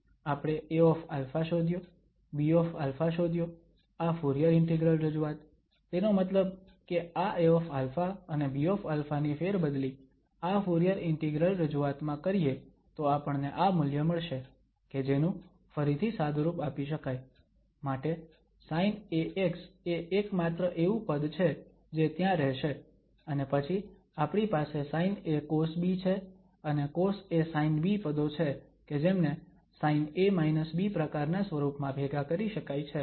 આપણે Aα શોધ્યો Bα શોધ્યો આ ફુરીયર ઇન્ટિગ્રલ રજૂઆત તેનો મતલબ કે આ Aα અને Bα ની ફેરબદલી આ ફુરીયર ઇન્ટિગ્રલ રજૂઆત માં કરીએ તો આપણને આ મૂલ્ય મળશે કે જેનું ફરીથી સાદુરૂપ આપી શકાય માટે sinαx એ એકમાત્ર એવું પદ છે જે ત્યાં રહેશે અને પછી આપણી પાસે sina cosb છે અને cosa sinb પદો છે કે જેમને sin પ્રકારનાં સ્વરૂપમાં ભેગા કરી શકાય છે